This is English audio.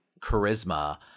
charisma